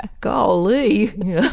Golly